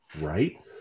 right